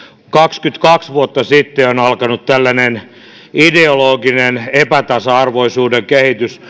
kaksikymmentäkaksi vuotta sitten on alkanut tällainen ideologinen epätasa arvoisuuden kehitys